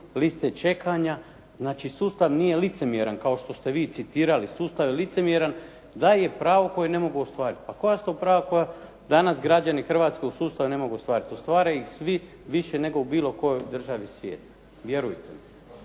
liste čekanja. Znači, sustav nije licemjeran kao što ste vi citirali. Sustav je licemjeran, daje pravo koje ne mogu ostvariti. Pa koja su to prava koja danas građani Hrvatske u sustavu ne mogu ostvariti? Ostvare ih svi više nego u bilo kojoj državi svijeta, vjerujte mi.